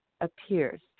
appears